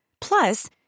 Plus